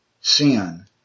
sin